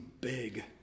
big